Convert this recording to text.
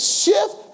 shift